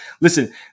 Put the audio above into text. listen